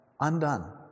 undone